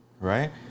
right